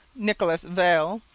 nicolas viel,